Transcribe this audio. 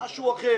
משהו אחר